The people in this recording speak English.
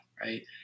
right